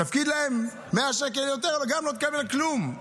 תפקיד להם 100 שקל יותר לא תקבל כלום,